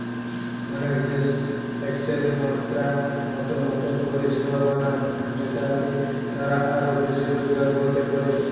অনেক দেশ ট্যাক্সের মাত্রা মতো নতুন পরিষেবা বানায় যেটাতে তারা আরো বেশি রোজগার করতে পারে